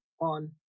on